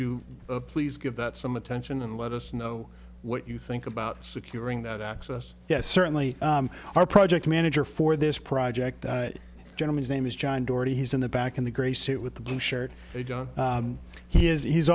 you please give that some attention and let us know what you think about securing that access yes certainly our project manager for this project gentleman's name is john doherty he's in the back in the gray suit with the blue shirt john he is he's